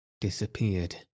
disappeared